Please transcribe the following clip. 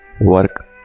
work